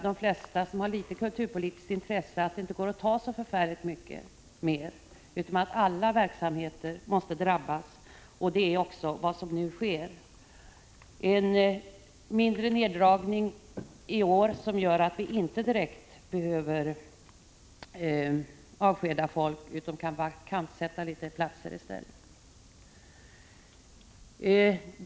De flesta som har något kulturpolitiskt intresse inser nog att det då inte går att ta så förfärligt mycket mer, utan att alla verksamheter måste drabbas. Det är också vad som nu sker. Det blir en mindre neddragning i år, som gör att vi inte direkt behöver avskeda folk, utan kan vakantsätta några platser i stället.